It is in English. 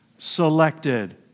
Selected